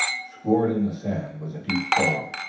scored in the sand, was a deep furrow,